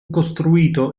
costruito